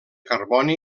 carboni